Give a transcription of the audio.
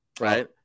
Right